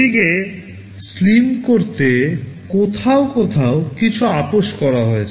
এটিকে স্লিম করতে কোথাও কোথাও কিছু আপস করা হয়েছে